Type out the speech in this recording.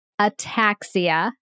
ataxia